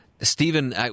Stephen